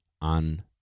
on